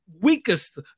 weakest